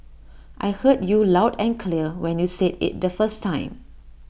I heard you loud and clear when you said IT the first time